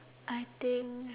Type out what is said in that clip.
I think